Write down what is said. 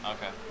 Okay